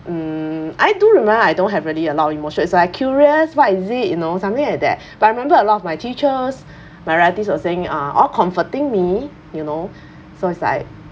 mm I do remember I don't have really a lot of emotion so I curious what is it you know something like that but I remember a lot of my teachers my relatives was saying uh all comforting me you know so it's like